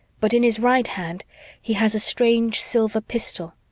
but in his right hand he has a strange silver pistol.